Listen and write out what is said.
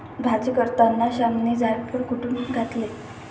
भाजी करताना श्यामने जायफळ कुटुन घातले